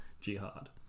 jihad